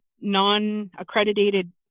non-accredited